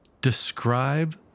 describe